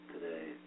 today